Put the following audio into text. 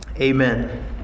amen